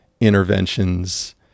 interventions